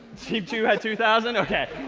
team two had two thousand? ok.